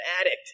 addict